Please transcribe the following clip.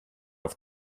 auf